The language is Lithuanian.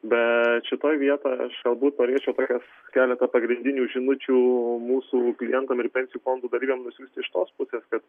bet šitoj vietoj aš galbūt norėčiau tokios keletą pagrindinių žinučių mūsų klientam ir pensijų fondų dalyviam nusiųsti iš tos pusės kad